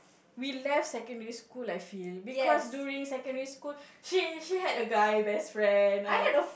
we left secondary school I feel because during secondary school she she had a guy best friend I